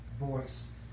voice